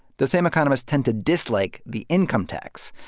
the same economists tend to dislike the income tax.